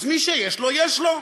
אז מי שיש לו יש לו,